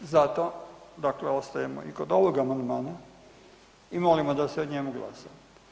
Zato dakle ostajemo i kod ovog amandmana i molimo da se o njemu glasa.